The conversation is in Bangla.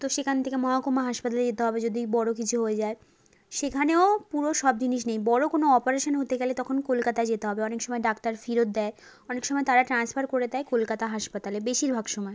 তো সেখান থেকে মহকুমা হাসপাতালে যেতে হবে যদি বড় কিছু হয়ে যায় সেখানেও পুরো সব জিনিস নেই বড় কোনো অপারেশান হতে গেলে তখন কলকাতা যেতে হবে অনেক সময় ডাক্তার ফেরত দেয় অনেক সময় তারা ট্রান্সফার করে দেয় কলকাতা হাসপাতালে বেশিরভাগ সময়